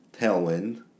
Tailwind